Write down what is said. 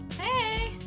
Hey